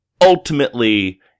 ultimately